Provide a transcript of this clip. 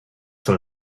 soll